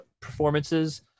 performances